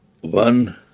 One